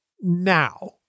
now